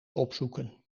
opzoeken